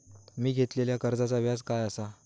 मी घेतलाल्या कर्जाचा व्याज काय आसा?